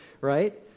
right